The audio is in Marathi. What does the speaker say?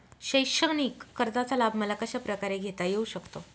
शैक्षणिक कर्जाचा लाभ मला कशाप्रकारे घेता येऊ शकतो?